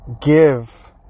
give